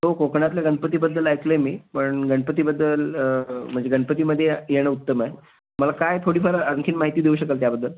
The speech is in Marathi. हो कोकणातल्या गणपतीबद्दल ऐकलं आहे मी पण गणपतीबद्दल म्हणजे गणपतीमध्ये येणं उत्तम आहे मला काय थोडी फार आणखीन माहिती देऊ शकाल त्याबद्दल